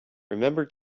remember